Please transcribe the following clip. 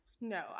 No